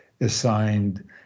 assigned